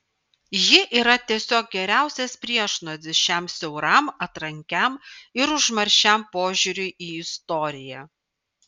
ji yra tiesiog geriausias priešnuodis šiam siauram atrankiam ir užmaršiam požiūriui į istoriją